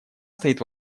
стоит